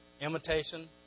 Imitation